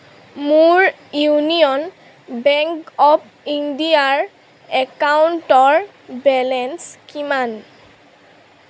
মোৰ union bank of ইণ্ডিয়াৰ একাউণ্টৰ বেলেঞ্চ কিমান